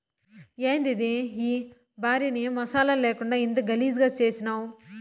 యాందిది ఈ భార్యని మసాలా లేకుండా ఇంత గలీజుగా చేసినావ్